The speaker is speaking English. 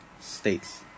states